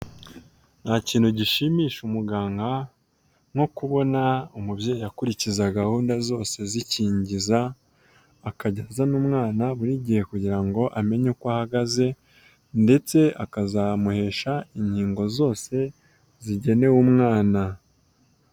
Nta kintu gishimisha umuganga, nko kubona umubyeyi akurikiza gahunda zose z'ikingiza, akajya azana umwana buri gihe kugira ngo amenye uko ahagaze, ndetse akazamuhesha inkingo zose zigenewe umwana.